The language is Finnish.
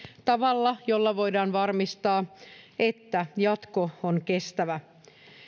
tavalla jolla voidaan varmistaa että jatko on kestävä